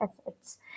efforts